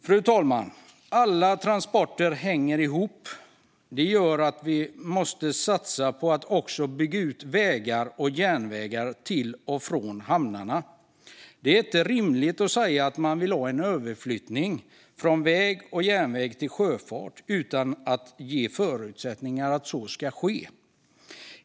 Fru talman! Alla transporter hänger ihop. Det gör att vi också måste satsa på att bygga ut vägar och järnvägar till och från hamnarna. Det är inte rimligt att säga att man vill ha en överflyttning från väg till järnväg och sjöfart utan att ge förutsättningar för att så ska ske.